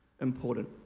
important